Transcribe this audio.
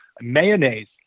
Mayonnaise